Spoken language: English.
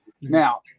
Now